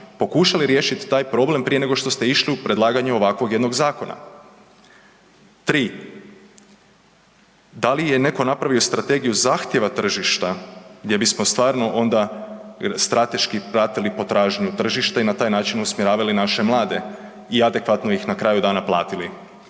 pokušali riješiti taj problem prije nego što ste išli u predlaganje ovakvog jednog zakona? 3. da li je netko napravio strategiju zahtjeva tržišta gdje bismo stvarno onda strateški pratili potražnju tržišta i na taj način usmjeravali naše mlade i adekvatno ih na kraju dana platili.